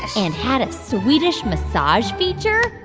and had a swedish massage feature,